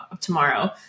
tomorrow